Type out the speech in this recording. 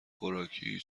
خوراکی